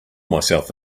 myself